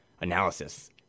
analysis